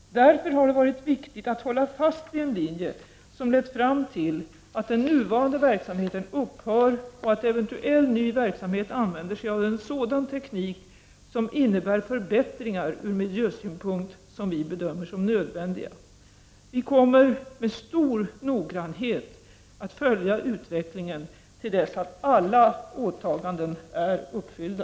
Därför har det varit viktigt att hålla fast vid en linje som lett fram till att den nuvarande verksamheten upphör och att eventuell ny verksamhet använder sig av en sådan teknik som innebär förbättringar ur miljösynpunkt som vi bedömer som nödvändiga. Vi kommer med stor noggrannhet att följa utvecklingen till dess att alla åtaganden är uppfyllda.